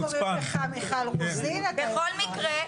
בכל מקרה,